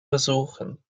versuchen